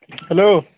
hello